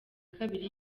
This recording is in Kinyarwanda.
kabiri